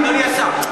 אדוני השר,